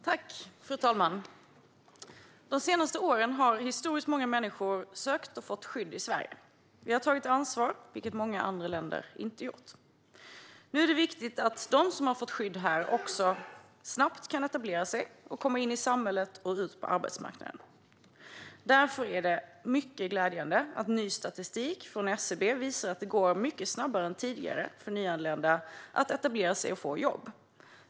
Fru talman! De senaste åren har historiskt många människor sökt och fått skydd i Sverige. Vi har tagit ansvar, vilket många andra länder inte har gjort. Nu är det viktigt att de som har fått skydd här också snabbt kan etablera sig, komma in i samhället och komma ut på arbetsmarknaden. Därför är det mycket glädjande att ny statistik från SCB visar att det går mycket snabbare än tidigare för nyanlända att etablera sig och få jobb.